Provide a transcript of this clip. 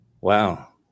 Wow